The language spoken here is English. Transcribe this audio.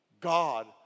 God